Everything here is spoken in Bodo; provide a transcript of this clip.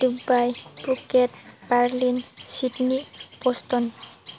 दुबाय बुगेद बारलिन चिदनि पचटन